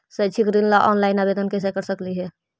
शैक्षिक ऋण ला ऑनलाइन आवेदन कैसे कर सकली हे?